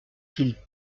qu’il